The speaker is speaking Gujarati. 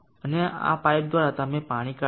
અને પાઇપ દ્વારા તમે પાણી કાઢશો